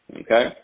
Okay